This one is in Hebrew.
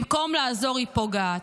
במקום לעזור היא פוגעת.